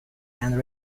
and